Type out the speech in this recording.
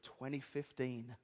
2015